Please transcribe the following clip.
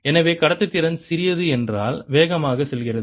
எனவே கடத்துத்திறன் சிறியது என்றால் வேகமாக செல்கிறது